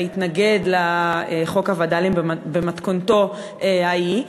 והתנגד לחוק הווד"לים במתכונתו ההיא,